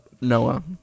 Noah